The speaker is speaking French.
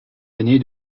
aîné